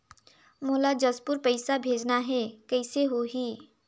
मोला जशपुर पइसा भेजना हैं, कइसे होही?